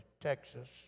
Texas